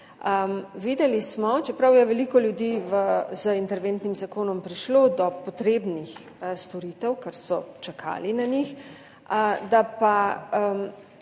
Videli smo, čeprav je veliko ljudi z interventnim zakonom prišlo do potrebnih storitev, ker so čakali na njih, da pa